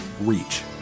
reach